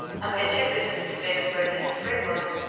i made two visits to vicksburg as a free woman,